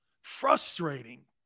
Frustrating